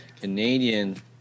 Canadian